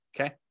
okay